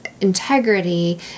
integrity